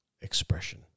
Expression